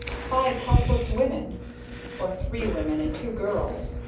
five helpless women or three women, and two girls.